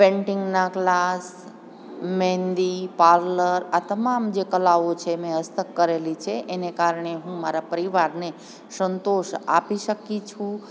પેંટિંગનાં class મહેંદી parlour આ તમામ જે કલાઓ છે મેં હસ્તક કરેલી છે એને કારણે હું મારા પરિવારને સંતોષ આપી શકી છું